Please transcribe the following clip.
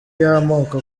y’amoko